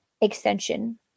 extension